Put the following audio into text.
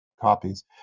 copies